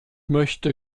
möchte